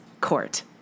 court